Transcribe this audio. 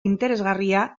interesgarria